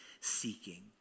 seeking